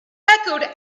echoed